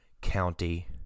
County